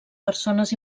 persones